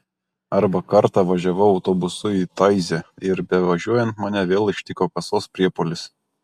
arba kartą važiavau autobusu į taizė ir bevažiuojant mane vėl ištiko kasos priepuolis